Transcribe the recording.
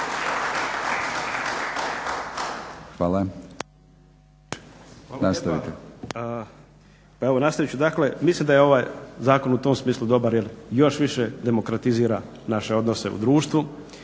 Hvala vam lijepa. Pa evo nastavit ću. Dakle, mislim da je ovaj zakon u tom smislu dobar jer još više demokratizira naše odnose u društvu,